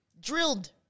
Drilled